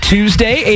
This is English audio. Tuesday